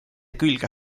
külge